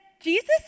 Jesus